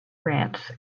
ranch